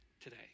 today